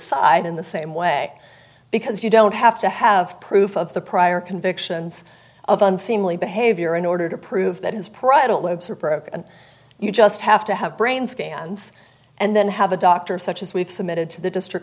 side in the same way because you don't have to have proof of the prior convictions of unseemly behavior in order to prove that his private lives are broken and you just have to have brain scans and then have a doctor such as we've submitted to the district